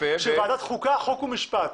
כשוועדה חוקה-חוק ומשפט